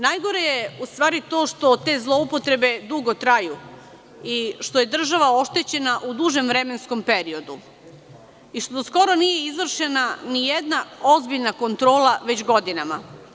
Najgore je, u stvari to, što te zloupotrebe dugo traju i što je država oštećena u dužem vremenskom periodu i što skoro nije izvršena ni jedna ozbiljna kontrola već godinama.